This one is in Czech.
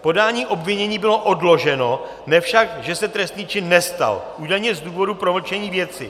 Podání obvinění bylo odloženo, ne však, že se trestný čin nestal, údajně z důvodu promlčení věci.